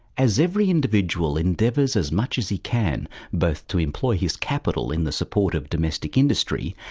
as every individual endeavours as much as he can both to employ his capital in the support of domestic industry,